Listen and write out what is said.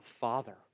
Father